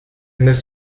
n’est